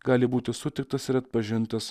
gali būti sutiktas ir atpažintas